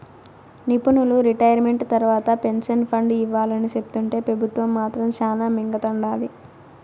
నిపునులు రిటైర్మెంట్ తర్వాత pension fund ఇవ్వాలని సెప్తుంటే పెబుత్వం మాత్రం శానా మింగతండాది